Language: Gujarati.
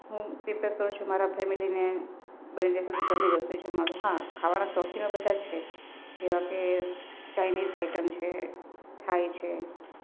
હું એટલે કહું છું મારા ફેમિલીને બને ત્યાં સુધી ઘરની રસોઈ જમાડી હા ખાવાના શોખીન બધાં જ છે જેવા કે ચાઈનીઝ આઈટમ છે થાય છે